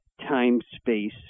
time-space